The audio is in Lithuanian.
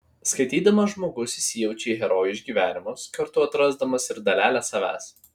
skaitydamas žmogus įsijaučia į herojų išgyvenimus kartu atrasdamas ir dalelę savęs